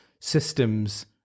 systems